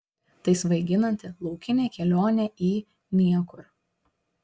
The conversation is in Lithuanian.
tai svaiginanti laukinė kelionė į niekur